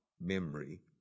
memory